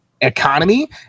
economy